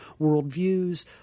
worldviews